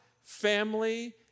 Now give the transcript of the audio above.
family